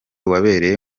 wabereye